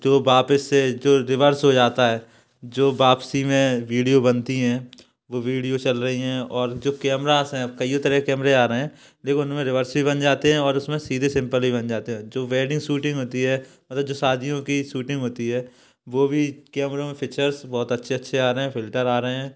जो वापिस से जो रिवर्स हो जाता है जो वापसी में वीडियो बनती हैं वो वीडियो चल रही हैं और जो कैमराज़ हैं कईयों तरह के कैमरे आ रहे हैं देखो उनमें रिवर्स भी बन जाते हैं और उसमें सीधे सिंपल भी बन जाते हैं जो वेडिंग शूटिंग होती है मतलब जो शादियों की शूटिंग होती है वो भी कैमरों में फीचर्स बहुत अच्छे अच्छे आ रहे हैं फिल्टर आ रहे हैं